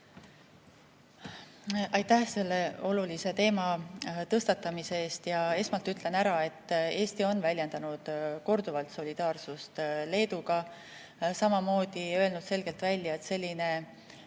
Aitäh selle olulise teema tõstatamise eest! Esmalt ütlen ära, et Eesti on väljendanud korduvalt solidaarsust Leeduga, samamoodi öelnud selgelt välja, et selline